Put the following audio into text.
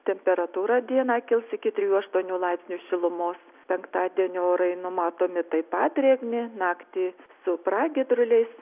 temperatūra dieną kils iki trijų aštuonių laipsnių šilumos penktadienį orai numatomi taip pat drėgni naktį su pragiedruliais